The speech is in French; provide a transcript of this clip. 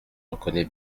reconnais